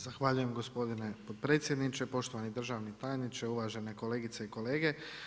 Zahvaljujem gospodine potpredsjedniče, poštovani državni tajniče, uvažene kolegice i kolege.